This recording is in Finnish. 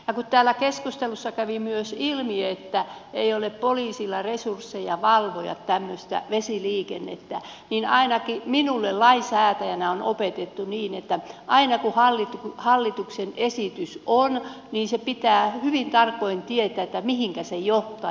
kun täällä keskustelussa kävi myös ilmi että ei ole poliisilla resursseja valvoa tämmöistä vesiliikennettä niin ainakin minulle lainsäätäjänä on opetettu niin että aina kun hallituksen esitys on niin pitää hyvin tarkoin tietää mihinkä se johtaa